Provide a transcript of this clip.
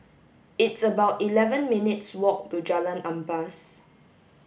it's about eleven minutes' walk to Jalan Ampas